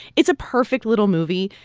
it's a perfect, little movie.